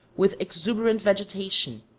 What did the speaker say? with exuberant vegetation,